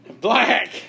black